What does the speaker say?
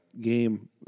game